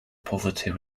poverty